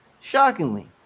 Shockingly